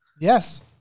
Yes